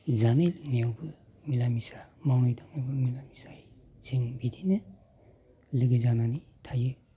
जानाय लोंनायावबो मिला मिसा मावनाय दांनायावबो मिला मिसायै जों बिदिनो लोगो जानानै थायो